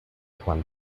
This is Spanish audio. juan